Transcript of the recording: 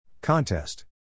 Contest